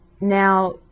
Now